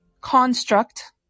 construct